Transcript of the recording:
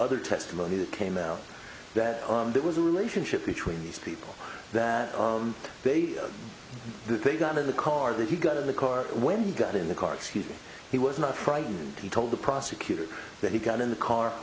other testimony that came out that there was a relationship between these people that they got in the car that he got in the car when he got in the car excuse he was not frightened he told the prosecutor that he got in the car